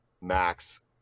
Max